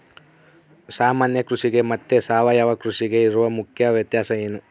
ಸಾಮಾನ್ಯ ಕೃಷಿಗೆ ಮತ್ತೆ ಸಾವಯವ ಕೃಷಿಗೆ ಇರುವ ಮುಖ್ಯ ವ್ಯತ್ಯಾಸ ಏನು?